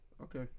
Okay